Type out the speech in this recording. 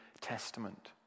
Testament